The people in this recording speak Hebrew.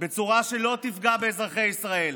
בצורה שלא תפגע באזרחי ישראל.